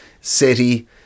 city